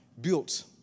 built